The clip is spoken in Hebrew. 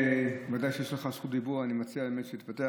ודאי יש לך זכות דיבור, אני מציע שתפתח.